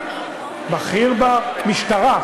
מעולה,